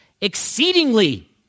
exceedingly